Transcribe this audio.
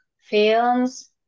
films